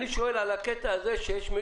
אני שואל על מקרה כזה,